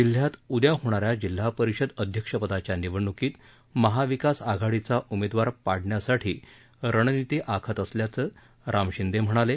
जिल्ह्यात उद्या होणा या जिल्हा परिषद अध्यक्षपदाच्या निवडणूकीत महाविकास आघाडीचा उमेदवार पाडण्यासाठी रणनीती आखत असल्याचं राम शिंदे म्हणाले